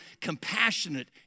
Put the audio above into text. compassionate